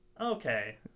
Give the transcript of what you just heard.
Okay